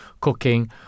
cooking